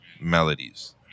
melodies